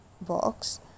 box